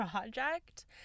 project